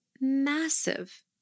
massive